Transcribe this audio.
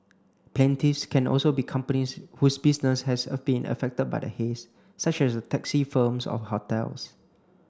plaintiffs can also be companies whose business has been affected by the haze such as taxi firms or hotels